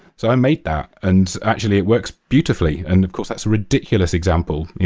so i made that, and actually it works beautifully. and of course, that's a ridiculous example.